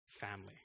family